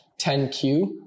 10Q